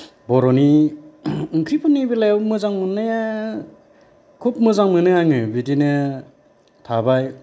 बर'नि ओंख्रिफोरनि बेलायाव मोजां मोननाया खोब मोजां मोनो आङो बिदिनो थाबाय